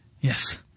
Yes